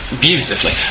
beautifully